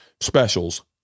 specials